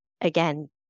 again